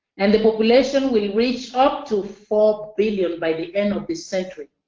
and the population will reach up to four billion by the end of this century.